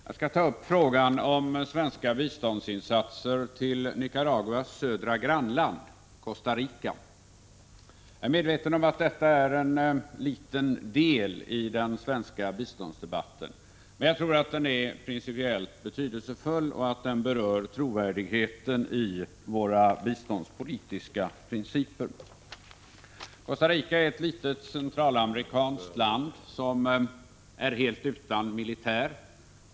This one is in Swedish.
Herr talman! Jag skall ta upp frågan om svenska biståndsinsatser till Nicaraguas södra grannland, Costa Rica. Jag är medveten om att detta är en liten del i den svenska biståndsdebatten, men jag tror att den är principiellt betydelsefull och att den berör trovärdigheten i våra biståndspolitiska principer. Costa Rica är ett litet centralamerikanskt land som är helt utan militär.